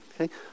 Okay